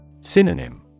Synonym